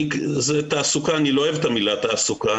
אני לא אוהב את המילה תעסוקה,